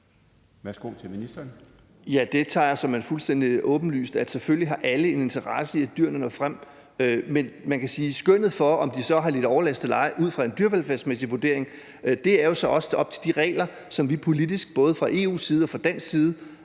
Ja, det mener jeg er fuldstændig åbenlyst. Selvfølgelig har alle en interesse i, at dyrene når frem. Men man kan sige, at skønnet for, om de så har lidt overlast eller ej ud fra en dyrevelfærdsmæssige vurdering, er op til de regler, som vi politisk både fra EU's side og fra national,